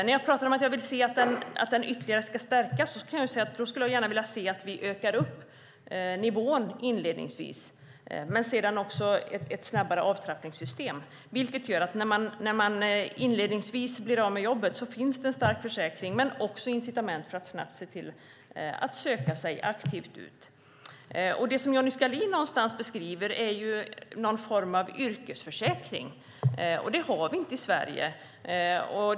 När jag pratade om att jag vill se att a-kassan ska stärkas ytterligare kan jag säga: Då skulle jag gärna vilja se att vi inledningsvis ökade nivån men sedan hade en snabbare avtrappning, vilket gör att när man inledningsvis blir av med jobbet finns det en stark försäkring men också incitament för att snabbt söka sig ut aktivt. Det Johnny Skalin beskriver är någon form av yrkesförsäkring. Men det har vi inte i Sverige.